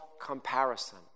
comparison